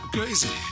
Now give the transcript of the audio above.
Crazy